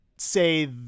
say